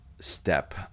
step